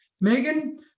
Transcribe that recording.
Megan